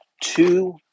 two